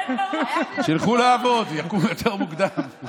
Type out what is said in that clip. שילכו לעבוד, יקומו יותר מוקדם.